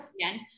again